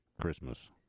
Christmas